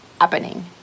happening